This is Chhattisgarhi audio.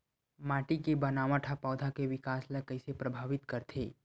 माटी के बनावट हा पौधा के विकास ला कइसे प्रभावित करथे?